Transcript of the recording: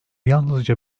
yalnızca